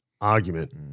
argument